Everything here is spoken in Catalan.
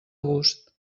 gust